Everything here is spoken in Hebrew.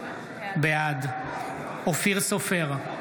בעד אופיר סופר,